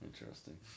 Interesting